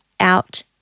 Out